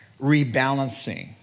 rebalancing